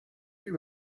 you